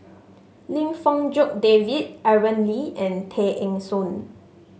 Lim Fong Jock David Aaron Lee and Tay Eng Soon